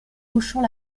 hochant